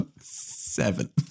Seven